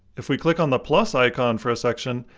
if we click on the plus icon for a section,